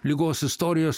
ligos istorijos